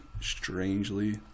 strangely